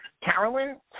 Carolyn